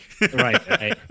Right